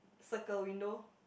circle window